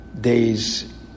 days